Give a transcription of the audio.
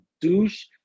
douche